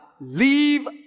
leave